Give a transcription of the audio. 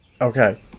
okay